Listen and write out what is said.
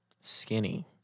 Skinny